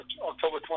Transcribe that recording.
October